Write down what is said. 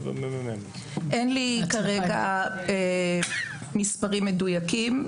אין לי כרגע מספרים מדויקים.